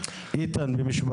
לא יתעסקו איתו בצורה